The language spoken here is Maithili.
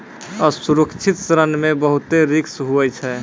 असुरक्षित ऋण मे बहुते रिस्क हुवै छै